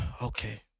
okay